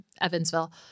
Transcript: Evansville